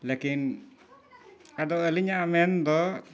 ᱞᱮᱠᱤᱱ ᱟᱫᱚ ᱟᱹᱞᱤᱧᱟᱜ ᱢᱮᱱ ᱫᱚ